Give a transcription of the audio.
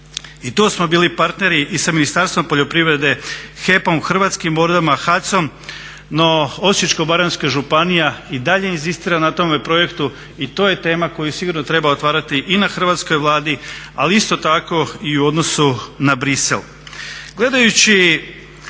i to smo bili partneri i sa Ministarstvom poljoprivrede, HEP-om, Hrvatskim vodama, HAC-om, no Osječko-baranjska županija i dalje inzistira na tome projektu i to je tema koju sigurno treba otvarati i na Hrvatskoj Vladi ali isto tako i u odnosu na Bruxelles.